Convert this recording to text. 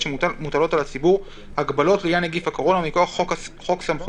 שמוטלות על הציבור הגבלות לעניין נגיף הקורונה מכוח חוק סמכויות